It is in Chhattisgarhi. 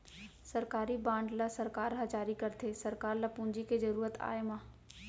सरकारी बांड ल सरकार ह जारी करथे सरकार ल पूंजी के जरुरत आय म